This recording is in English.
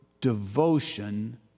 devotion